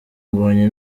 mbonye